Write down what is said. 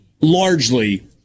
largely